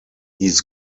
he’s